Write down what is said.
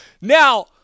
Now